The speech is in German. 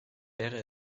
wäre